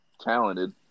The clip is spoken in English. talented